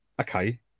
okay